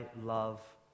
love